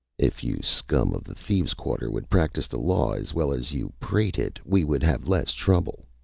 if you scum of the thieves' quarter would practice the law as well as you prate it, we would have less trouble,